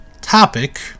topic